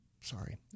Sorry